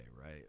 right